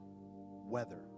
weather